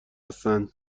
هستن